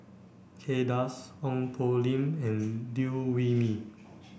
Kay Das Ong Poh Lim and Liew Wee Mee